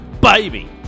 baby